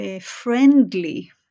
friendly